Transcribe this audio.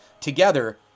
Together